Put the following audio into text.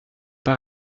pas